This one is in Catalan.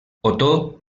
otó